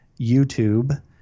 YouTube